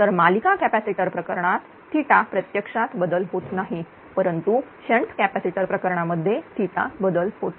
तर मालिका कॅपॅसिटर प्रकरणात प्रत्यक्षात बदल होत नाही परंतु शंट कॅपॅसिटर प्रकरणात मध्ये बदल होतो